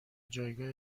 جایگاه